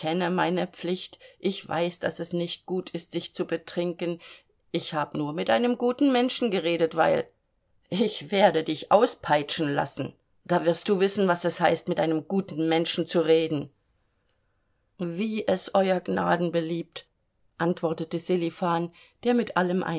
meine pflicht ich weiß daß es nicht gut ist sich zu betrinken ich hab nur mit einem guten menschen geredet weil ich werde dich auspeitschen lassen da wirst du wissen was es heißt mit einem guten menschen zu reden wie es euer gnaden beliebt antwortete sselifan der mit allem